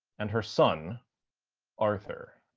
and her son arthur.